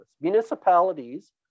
municipalities